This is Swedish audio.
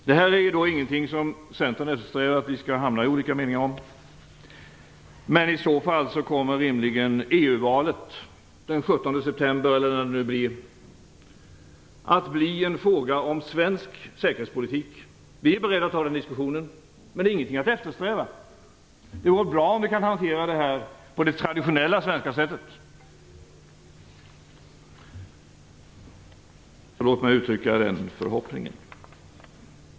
Det är ingenting som Centern eftersträvar, att vi skall hamna på olika meningar om detta. Men i så fall kommer rimligen EU-valet, den 17 september eller när det nu blir, att bli en fråga om svensk säkerhetspolitik. Vi är beredda att ta den diskussionen, men det är ingenting att eftersträva. Det vore bra om vi kunde hantera den här på det traditionella svenska sättet. Låt mig uttrycka den förhoppningen.